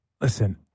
Listen